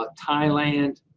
but thailand,